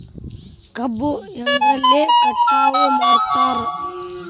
ಕಬ್ಬು ಎದ್ರಲೆ ಕಟಾವು ಮಾಡ್ತಾರ್?